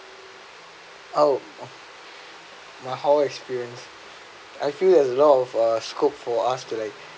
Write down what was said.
oh my whole experience I feel there's a lot of or scope for us to like